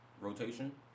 rotation